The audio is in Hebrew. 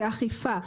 באכיפה,